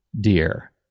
dear